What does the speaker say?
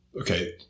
okay